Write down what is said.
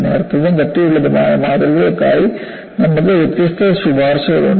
നേർത്തതും കട്ടിയുള്ളതുമായ മാതൃകകൾക്കായി നമുക്ക് വ്യത്യസ്ത ശുപാർശകൾ ഉണ്ട്